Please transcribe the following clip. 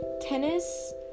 tennis